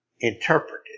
interpreted